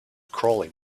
crawling